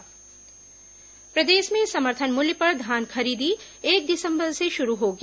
अवैध धान जब्त प्रदेश में समर्थन मूल्य पर धान खरीदी एक दिसंबर से शुरू होगी